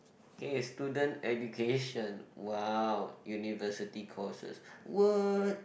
okay is student education !wow! university courses what